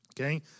Okay